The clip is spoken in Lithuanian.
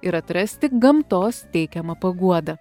ir atrasti gamtos teikiamą paguodą